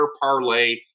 parlay